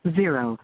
zero